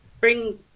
bring